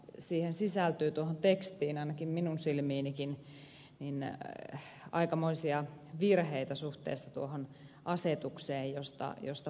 tekstiin sisältyy minun silminkin aikamoisia virheitä suhteessa tuohon asetukseen josta puhe on